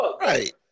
Right